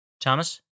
Thomas